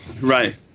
right